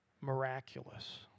miraculous